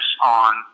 on